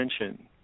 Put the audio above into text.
attention